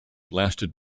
lasted